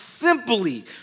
simply